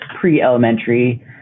pre-elementary